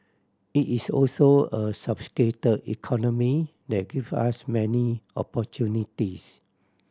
it is also a sophisticate economy that give us many opportunities